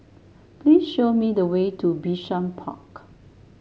please show me the way to Bishan Park